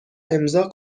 امضاء